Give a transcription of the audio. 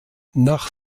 nach